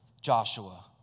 Joshua